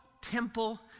temple